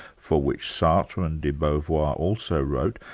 for which sartre and de beauvoir also wrote.